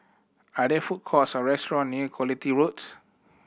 are there food courts or restaurant near Quality Roads